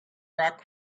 rock